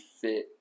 fit